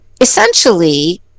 essentially